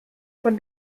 von